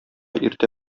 иртә